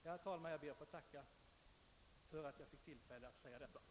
Det skulle finnas anledning att se över preskriptionsförfarandet.